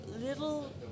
little